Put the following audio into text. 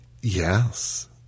Yes